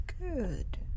good